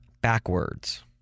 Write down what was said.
backwards